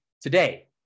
today